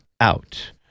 out